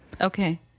okay